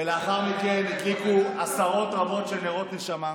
ולאחר מכן הדליקו עשרות רבות של נרות נשמה,